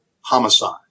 homicide